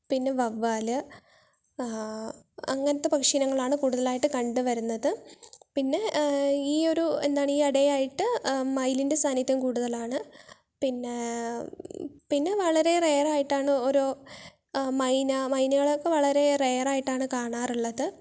പിന്നെ വവ്വാല് അങ്ങനെത്തെ പക്ഷിയിനങ്ങളാണ് കൂടുതലായിട്ട് കണ്ടു വരുന്നത് പിന്നെ ഈ ഒരു എന്താണ് ഈ ഇടയായിട്ട് ഏ മയിലിന്റെ സാന്നിധ്യം കൂടുതലാണ് പിന്നെ പിന്നെ വളരെ റെയർ ആയിട്ടാണ് ഓരോ ഹെ മൈന മൈനകളൊക്കെ വളരെ റെയർ ആയിട്ടാണ് കാണാറുള്ളത്